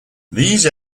these